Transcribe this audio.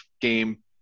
game